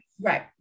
Right